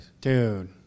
Dude